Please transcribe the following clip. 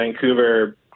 Vancouver